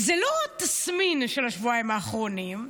זה לא תסמין של השבועיים האחרונים,